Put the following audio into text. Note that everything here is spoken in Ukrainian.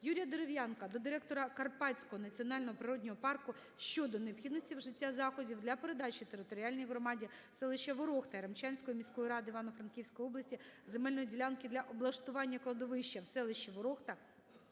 Юрія Дерев'янка до директора Карпатського національного природного парка щодо необхідності вжиття заходів для передачі територіальній громаді селища ВорохтаЯремчанської міської ради Івано-Франківської області земельної ділянки для облаштування кладовища в селищі Ворохта,